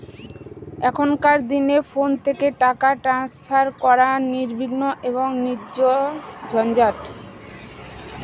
এখনকার দিনে ফোন থেকে টাকা ট্রান্সফার করা নির্বিঘ্ন এবং নির্ঝঞ্ঝাট